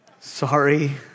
Sorry